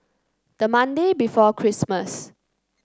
the Monday before Christmas